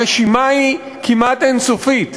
הרשימה היא כמעט אין-סופית.